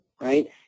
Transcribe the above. right